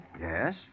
Yes